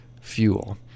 fuel